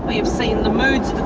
have seen the moods